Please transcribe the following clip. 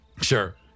Sure